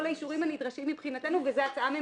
האישורים הנדרשים מבחינתנו וזאת הצעה ממשלתית.